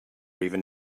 even